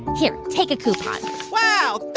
here. take a coupon wow.